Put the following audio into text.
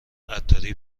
عطاری